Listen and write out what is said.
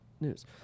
news